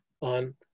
on